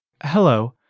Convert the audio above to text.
Hello